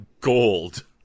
gold